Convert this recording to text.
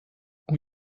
اون